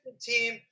team